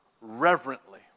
reverently